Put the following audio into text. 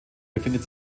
befindet